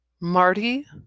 Marty